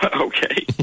Okay